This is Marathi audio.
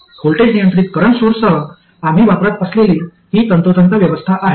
व्होल्टेज नियंत्रित करंट सोर्ससह आम्ही वापरत असलेली ही तंतोतंत व्यवस्था आहे